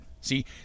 See